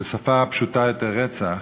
בשפה הפשוטה יותר רצח,